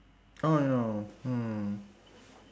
oh no hmm